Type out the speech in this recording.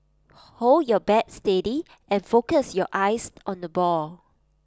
hold your bat steady and focus your eyes on the ball